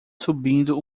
subindo